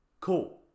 cool